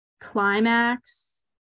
Climax